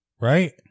Right